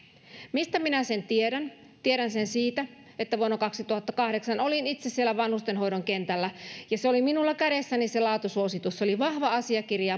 mistä minä sen tiedän tiedän sen siitä että vuonna kaksituhattakahdeksan olin itse siellä vanhustenhoidon kentällä ja se laatusuositus oli minulla kädessäni se oli vahva asiakirja